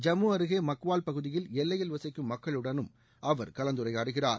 ஜம்மு அருகே மக்வால் பகுதியில் எல்லையில் வசிக்கும் மக்களுடனும் கலந்துரையாடுகிறார்